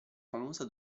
famosa